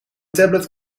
tablet